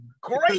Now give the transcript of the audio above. great